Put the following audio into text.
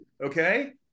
okay